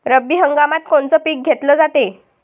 रब्बी हंगामात कोनचं पिक घेतलं जाते?